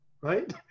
right